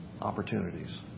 opportunities